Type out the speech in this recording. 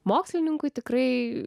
mokslininkui tikrai